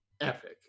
epic